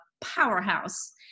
powerhouse